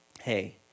hey